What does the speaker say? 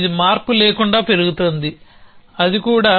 ఇది మార్పు లేకుండా పెరుగుతోంది అది కూడా